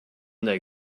they